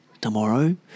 tomorrow